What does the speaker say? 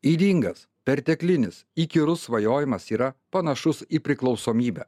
ydingas perteklinis įkyrus svajojimas yra panašus į priklausomybę